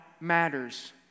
matters